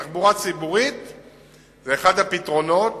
תחבורה ציבורית היא אחד הפתרונות